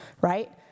right